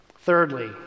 Thirdly